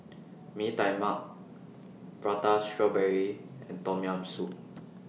Mee Tai Mak Prata Strawberry and Tom Yam Soup